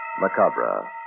Macabre